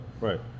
Right